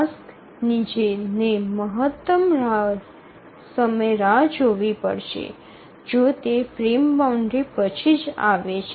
ટાસ્કની ને મહત્તમ સમય રાહ જોવી પડશે જો તે ફ્રેમ બાઉન્ડ્રી પછી જ આવે છે